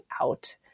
out